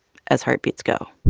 as heartbeats go